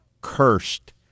cursed